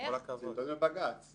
זה תלוי בבג"צ.